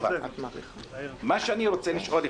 אולי ימצאו את הפתרונות.